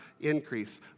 increase